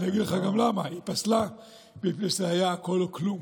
אני אגיד לך גם למה: היא פסלה מפני שזה היה הכול או כלום,